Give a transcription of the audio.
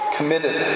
Committed